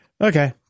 Okay